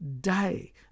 day